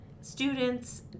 students